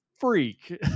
freak